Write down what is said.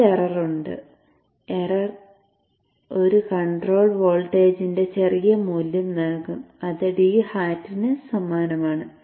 ഒരു എറർ ഉണ്ട് എറർ ഒരു കൺട്രോൾ വോൾട്ടേജിന്റെ ചെറിയ മൂല്യം നൽകും അത് d hat ന് സമാനമാണ്